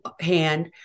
hand